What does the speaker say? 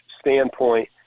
standpoint